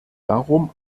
darum